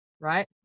Right